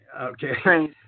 Okay